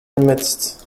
midst